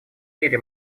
мире